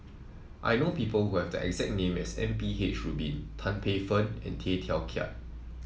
I know people who have the exact name as M P H Rubin Tan Paey Fern and Tay Teow Kiat